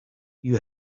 you